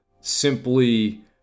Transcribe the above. simply